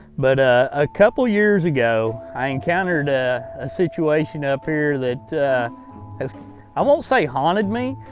but ah a couple years ago, i encountered ah a situation up here that has i won't say haunted me,